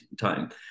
time